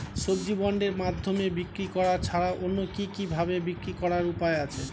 সবজি বন্ডের মাধ্যমে বিক্রি করা ছাড়া অন্য কি কি ভাবে বিক্রি করার উপায় আছে?